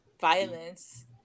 violence